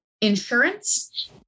insurance